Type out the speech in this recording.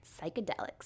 psychedelics